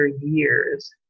years